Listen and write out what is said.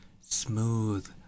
smooth